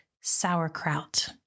Sauerkraut